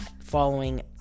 following